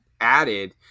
added